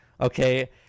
Okay